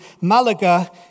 Malaga